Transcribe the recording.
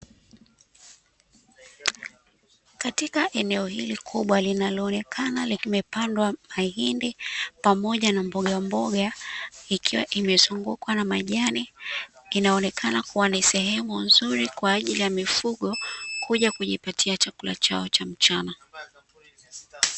katika eneo hili kubwa, linaloonekana limepandwa mahindi pamoja na mbogamboga, likiwa limezungukwa na majani, inaonekana kuwa ni sehemu nzuri kwa ajili ya mifugo kuja kujipitia chakula chao cha mchana.